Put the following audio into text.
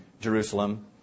Jerusalem